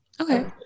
Okay